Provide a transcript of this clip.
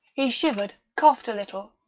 he shivered, coughed a little,